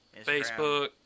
Facebook